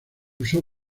usó